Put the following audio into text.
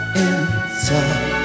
inside